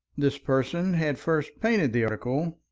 this person had first painted the article,